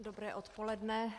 Dobré odpoledne.